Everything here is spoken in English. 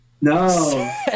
No